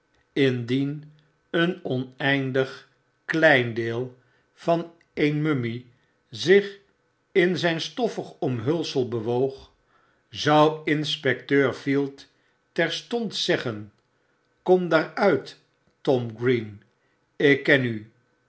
indien een oneindig kleindeel van een mummie zich in zijn stoffig omhulsel bewoog zou inspecteur field terstond zeggen kom daar uit tom green ik ken u